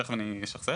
תיכף אני אשחזר.